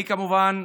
אני, כמובן,